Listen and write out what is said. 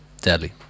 deadly